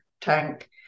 tank